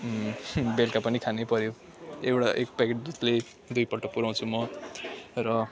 बेलुका पनि खानैपऱ्यो एउटा एक पाकेट दुधले दुईपल्ट पुर्याउँछु म र